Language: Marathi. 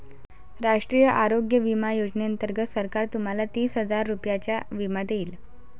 राष्ट्रीय आरोग्य विमा योजनेअंतर्गत सरकार तुम्हाला तीस हजार रुपयांचा विमा देईल